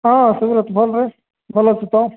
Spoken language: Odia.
ହଁ ସୁବ୍ରତ ଭଲ୍ରେ ଭଲ୍ ଅଛୁ ତ